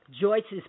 Joyce's